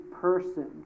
person